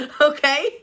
okay